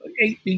eight